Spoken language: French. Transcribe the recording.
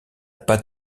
pas